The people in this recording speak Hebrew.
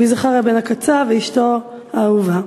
רבי זכריה בן הקצב ואשתו האהובה.